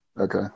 Okay